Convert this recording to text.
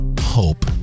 hope